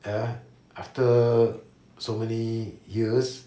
ya after so many years